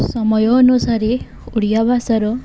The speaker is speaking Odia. ସମୟ ଅନୁସାରେ ଓଡ଼ିଆ ଭାଷାର